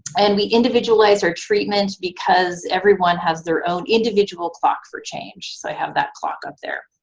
and we individualize our treatment because everyone has their own individual clock for change, so i have that clock up there.